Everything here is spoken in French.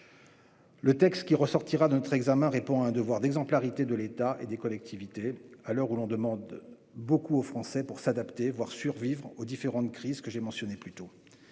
Le texte qui ressortira de notre examen répondra à un devoir d'exemplarité de l'État et des collectivités, à l'heure où l'on en demande beaucoup aux Français pour s'adapter, voire survivre aux différentes crises que j'ai mentionnées plus tôt.